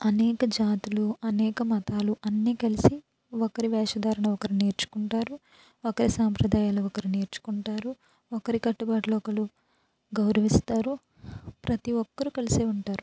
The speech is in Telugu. అనేక జాతులు అనేక మతాలు అన్నీ కలిసి ఒకరి వేషధారణ ఒకరు నేర్చుకుంటారు ఒకరి సాంప్రదాయాలు ఒకరు నేర్చుకుంటారు ఒకరి కట్టుబాట్లొకళ్ళు గౌరవిస్తారు ప్రతి ఒక్కరూ కలిసే ఉంటారు